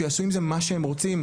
שיעשו עם זה מה שהם רוצים,